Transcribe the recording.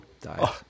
die